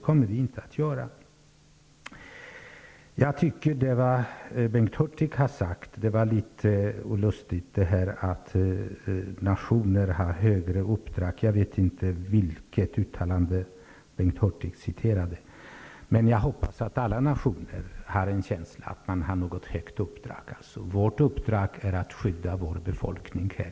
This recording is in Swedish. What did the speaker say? Bengt Hurtig sade att nationer har högre uppdrag. Jag vet inte vilket uttalande Bengt Hurtig refererade till. Men jag hoppas att alla nationer har en känsla av att de har ett högt uppdrag. Vårt uppdrag här i Sverige är att skydda vår befolkning.